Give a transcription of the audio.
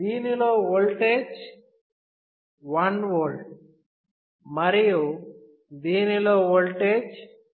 దీని1KΩలో voltage 1V మరియు దీనిలో4KΩ voltage 4V